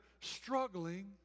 struggling